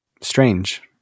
strange